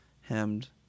hemmed